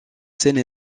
seine